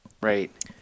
Right